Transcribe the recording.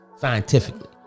scientifically